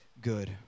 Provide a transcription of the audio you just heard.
good